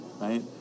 right